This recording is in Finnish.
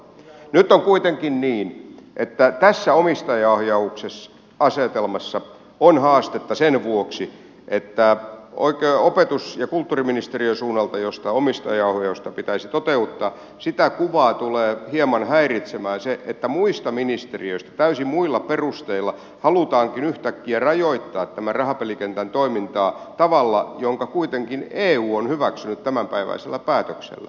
nyt on kuitenkin niin että tässä omistajaohjausasetelmassa on haastetta sen vuoksi että opetus ja kulttuuriministeriön suunnalta omistajaohjausta pitäisi toteuttaa mutta sitä kuvaa tulee hieman häiritsemään se että muista ministeriöistä täysin muilla perusteilla halutaankin yhtäkkiä rajoittaa tämän rahapelikentän toimintaa tavalla jonka kuitenkin eu on hyväksynyt tämänpäiväisellä päätöksellään